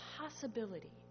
possibility